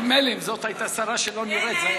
מילא אם זאת הייתה שרה שלא נראית.